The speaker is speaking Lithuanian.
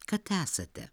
kad esate